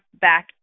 back